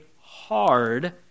hard